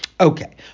Okay